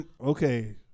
Okay